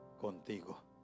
contigo